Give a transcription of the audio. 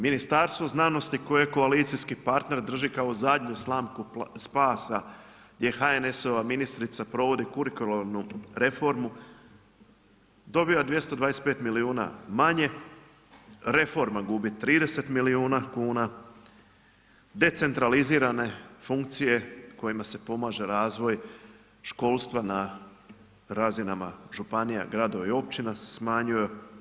Ministarstvo znanosti koji je koalicijski partner drži kao zadnju slamku spasa gdje HNS-ova ministrica provodi kurikularnu, dobiva 225 milijuna manje, reforma gubi 30 milijuna kuna, decentralizirane funkcije kojima se pomaže razvoj školstva na razinama županija, gradova i općina se smanjuje.